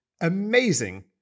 amazing